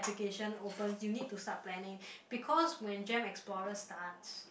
application opens you need to start planning because when gem explorer starts